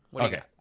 Okay